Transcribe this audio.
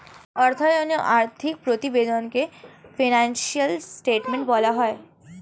অর্থায়নে আর্থিক প্রতিবেদনকে ফিনান্সিয়াল স্টেটমেন্ট বলা হয়